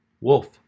wolf